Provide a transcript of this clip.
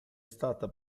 stata